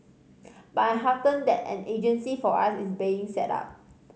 but I am heartened that an agency for us is being set up